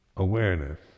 Awareness